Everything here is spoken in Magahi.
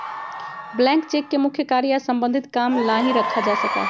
ब्लैंक चेक के मुख्य कार्य या सम्बन्धित काम ला ही रखा जा सका हई